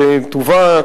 שתובא,